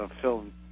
film